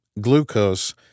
Glucose